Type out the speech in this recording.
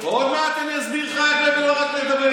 עוד מעד אני אסביר לך איך בן ברק מדבר.